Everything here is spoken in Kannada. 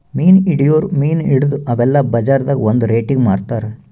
ಮೀನ್ ಹಿಡಿಯೋರ್ ಮೀನ್ ಹಿಡದು ಅವೆಲ್ಲ ಬಜಾರ್ದಾಗ್ ಒಂದ್ ರೇಟಿಗಿ ಮಾರ್ತಾರ್